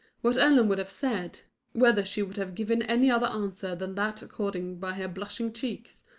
what ellen would have said whether she would have given any other answer than that accorded by her blushing cheeks,